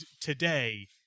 today